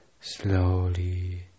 Slowly